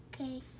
Okay